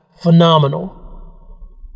phenomenal